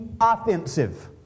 offensive